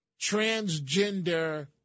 transgender